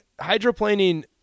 hydroplaning